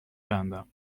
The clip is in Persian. کندم